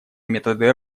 методы